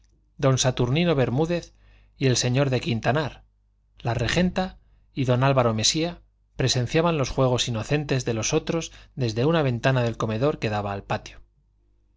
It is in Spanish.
don saturnino bermúdez y el señor de quintanar la regenta y don álvaro mesía presenciaban los juegos inocentes de los otros desde una ventana del comedor que daba al patio